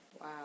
Wow